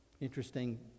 Interesting